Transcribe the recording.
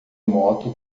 moto